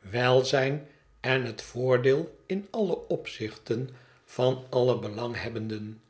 welzijn en het voordeel in alle opzichten van alle belanghebbenden